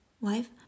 wife